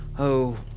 oh.